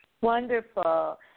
Wonderful